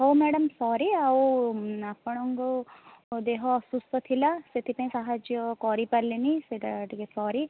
ହଉ madam sorry ଆଉ ଆପଣଙ୍କୁ ଦେହ ଅସୁସ୍ଥ ଥିଲା ସେଥିପାଇଁ ସାହାଯ୍ୟ କରିପାରିଲେନି ସେଇଟା ଟିକେ ସରି